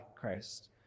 christ